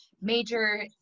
major